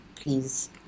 please